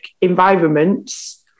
environments